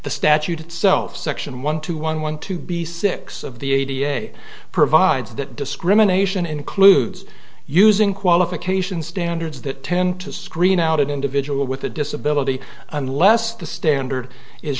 the statute itself section one two one one to be six of the eighty eight provides that discrimination includes using qualification standards that tend to screen out an individual with a disability unless the standard is